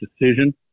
decision